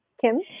Kim